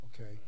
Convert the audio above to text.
Okay